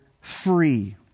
free